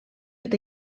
eta